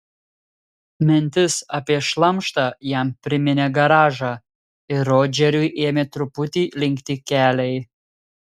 mintis apie šlamštą jam priminė garažą ir rodžeriui ėmė truputį linkti keliai